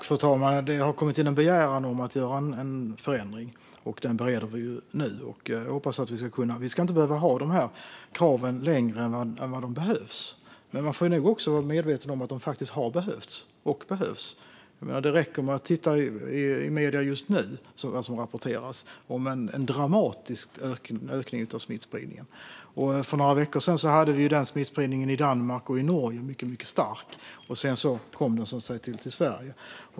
Fru talman! Det har kommit in en begäran om att göra en förändring. Den bereder vi nu. Vi ska inte ha kraven längre än vad de behövs. Men man får nog vara medveten om att de faktiskt har behövts och behövs. Det räcker med att titta på vad som rapporteras i medierna just nu om en dramatisk ökning av smittspridningen. För några veckor sedan var den smittspridningen mycket stark i Danmark och Norge, och sedan kom den till Sverige.